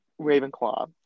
Ravenclaw